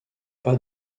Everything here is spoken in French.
pas